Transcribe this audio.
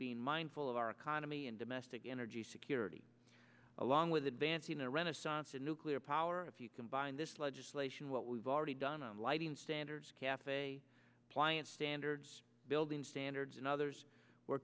being mindful of our economy and domestic energy security along with advancing a renaissance in nuclear power if you combine this legislation what we've already done on lighting standards cafe appliance standards building standards and others we're